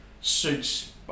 suits